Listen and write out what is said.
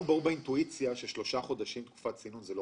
לנו ברור ששלושה חודשים תקופת צינון זה לא